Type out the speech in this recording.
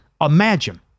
Imagine